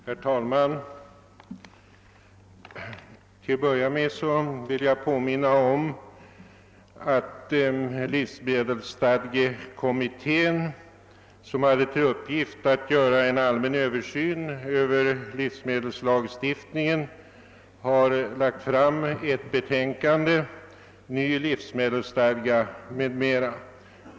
Herr talman! Till att börja med vill jag påminna om att livsmedelsstadge kommittén, som hade till uppgift att göra en allmän Översyn över livsmedelslagstiftningen, lagt fram ett betänkande >»Ny livsmedelsstadga m.m.».